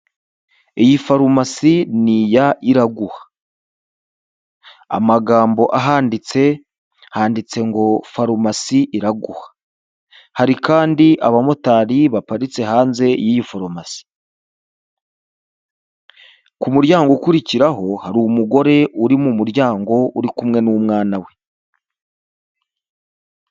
Iyi farumasi ni iya Iraguha. Amagambo ahanditse, handitse ngo "Farumasi Iraguha." Hari kandi abamotari baparitse hanze y'iyi farumasi. Ku muryango ukurikiraho hari umugore uri mu muryango, uri kumwe n'umwana we.